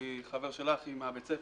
אני חבר של אחי מהבית ספר,